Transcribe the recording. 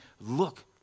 look